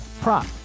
prop